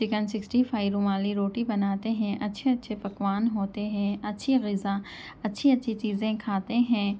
chicken sixty five rumali roti بناتے ہیں اچّھے اچّھے پکوان ہوتے ہیں اچّھی غذا اچّھی اچّھی چیزیں کھاتے ہیں